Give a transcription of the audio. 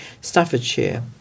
Staffordshire